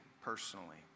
personally